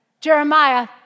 Jeremiah